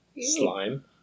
Slime